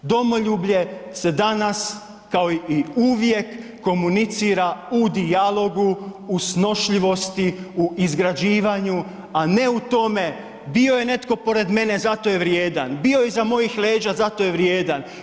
Domoljublje se danas kao i uvijek komunicira u dijalogu, u snošljivosti, u izgrađivanju, a ne u tome bio je netko pored mene zato je vrijedan, bio je iza mojih leđa zato je vrijedan.